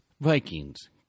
Vikings